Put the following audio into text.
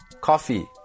Coffee